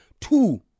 two